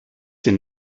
sind